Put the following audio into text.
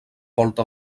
volta